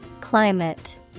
Climate